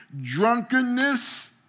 drunkenness